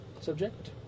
subject